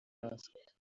asked